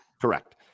Correct